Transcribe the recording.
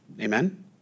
Amen